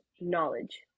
knowledge